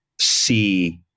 see